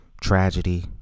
tragedy